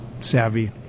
savvy